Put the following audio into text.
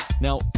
Now